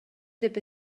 деп